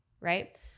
right